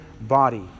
body